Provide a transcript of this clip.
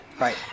Right